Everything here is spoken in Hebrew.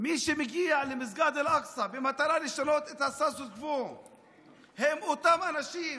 מי שמגיע למסגד אל-אקצא במטרה לשנות את הסטטוס קוו אלה אותם אנשים